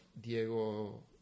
Diego